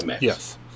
Yes